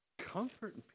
comfort